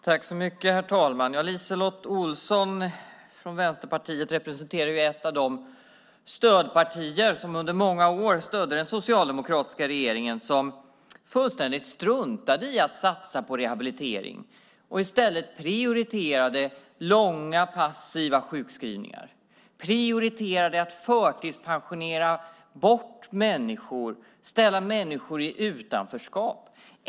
Herr talman! LiseLotte Olsson från Vänsterpartiet representerar ett av de stödpartier som under många år stödde den socialdemokratiska regeringen, som fullständigt struntade i att satsa på rehabilitering och i stället prioriterade långa passiva sjukskrivningar. Man prioriterade att förtidspensionera bort människor, ställa människor i utanförskap.